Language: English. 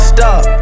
Stop